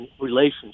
relationship